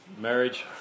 marriage